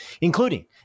including